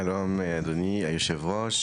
שלום אדוני היו"ר.